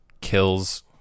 kills